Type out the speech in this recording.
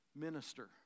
minister